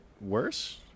worse